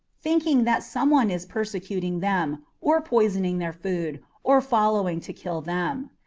thinking that some one is persecuting them, or poisoning their food, or following to kill them.